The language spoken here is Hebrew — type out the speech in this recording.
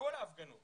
שבכל ההפגנות